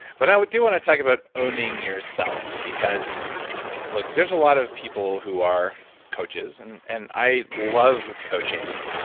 but i do want to talk about owning your self because look there's a lot of people who are coaches and and i love coaching.